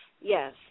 yes